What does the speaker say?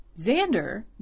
Xander